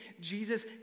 Jesus